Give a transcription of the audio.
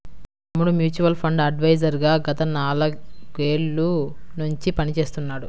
మా తమ్ముడు mutual fund adviser గా గత నాలుగేళ్ళ నుంచి పనిచేస్తున్నాడు